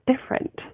different